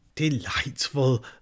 Delightful